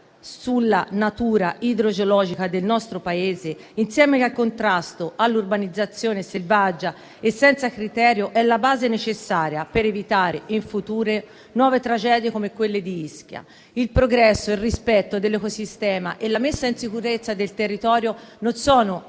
della natura idrogeologica del nostro Paese, in contrasto all'organizzazione selvaggia e senza criterio, è la base necessaria per evitare in futuro nuove tragedie come quelle di Ischia. Il progresso e il rispetto dell'ecosistema e la messa in sicurezza del territorio non sono